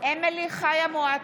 אדוני ראש הממשלה בפועל,